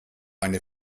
eine